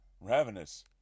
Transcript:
ravenous